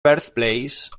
birthplace